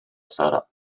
sara